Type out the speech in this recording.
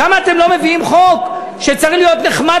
למה אתם לא מביאים חוק שצריך להיות נחמד